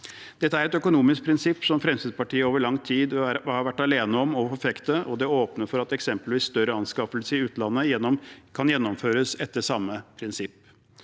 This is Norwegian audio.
Dette er et økonomisk prinsipp som Fremskrittspartiet over lang tid har vært alene om å forfekte, og det åpner for at eksempelvis større anskaffelser i utlandet kan gjennomføres etter samme prinsipp.